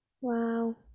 Wow